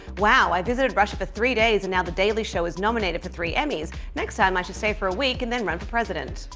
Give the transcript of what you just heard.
wow, i visited russia for three days and now the daily show is nominated for three emmys. next time i should stay for a week and then run for president.